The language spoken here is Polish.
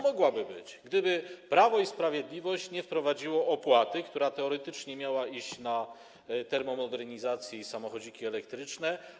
Mogłaby być, gdyby Prawo i Sprawiedliwość nie wprowadziło opłaty, która teoretycznie miała iść na termomodernizację i samochodziki elektryczne.